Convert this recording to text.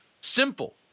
simple